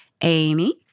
Amy